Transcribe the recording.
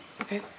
Okay